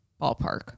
ballpark